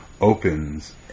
opens